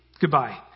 Goodbye